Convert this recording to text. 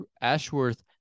Ashworth